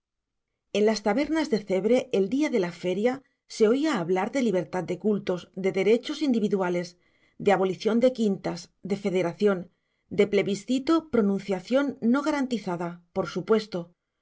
en las tabernas de cebre el día de la feria se oía hablar de libertad de cultos de derechos individuales de abolición de quintas de federación de plebiscito pronunciación no garantizada por supuesto